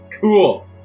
Cool